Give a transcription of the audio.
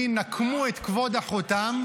נקמו את כבוד אחותם.